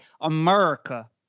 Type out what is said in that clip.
America